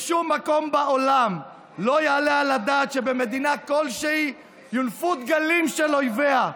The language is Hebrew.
בשום מקום בעולם לא יעלה על הדעת שבמדינה כלשהי יונפו דגלים של אויביה,